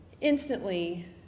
Instantly